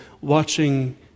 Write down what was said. watching